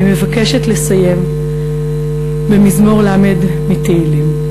אני מבקשת לסיים במזמור ל' בתהילים: